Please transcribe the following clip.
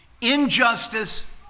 injustice